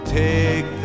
take